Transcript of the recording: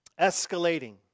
escalating